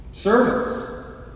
Servants